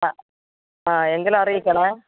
ആ ആ എങ്കിലറിയിക്കേണമേ